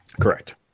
Correct